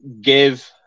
give